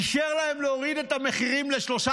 הוא אישר להם להוריד את המחירים לשלושה